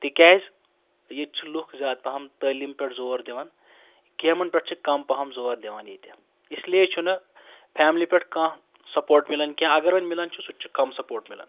تِکیازِ ییٚتہِ چھِ لُکھ زیادٕ پہم تعلیٖم پیٹھ زور دِوان گیمَن پیٹھ چھِ کم پہَم زور دِوان ییٚتہِ اسلیے چُھنہٕ فیملی پیٹھ کانہہ سَپورٹ ملان کیٛنٚہہ اگر وۄنۍ ملان چھُ سُہ تہِ چھ کم سَپورٹ